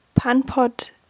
Panpot